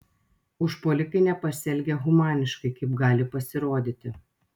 užpuolikai nepasielgė humaniškai kaip gali pasirodyti